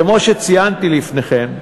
כמו שציינתי לפניכם,